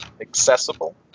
accessible